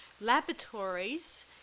laboratories